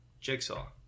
Jigsaw